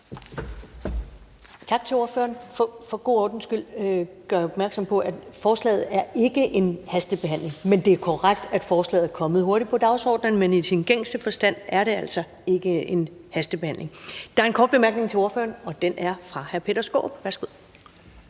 Tak til ordføreren. For god ordens skyld gør jeg opmærksom på, at forslaget ikke er en hastebehandling, men det er korrekt, at forslaget er kommet hurtigt på dagsordenen. Men i sin gængse forstand er det altså ikke en hastebehandling. Der er en kort bemærkning til ordføreren, og den er fra hr. Peter Skaarup.